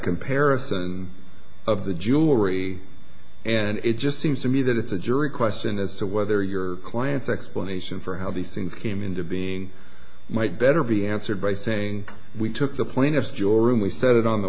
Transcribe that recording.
comparison of the jewelry and it just seems to me that it's a jury question as to whether your client's explanation for how these things came into being might better be answered by saying we took the plaintiffs your room we set it on the